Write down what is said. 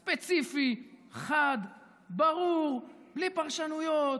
ספציפי, חד, ברור, בלי פרשנויות.